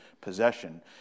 possession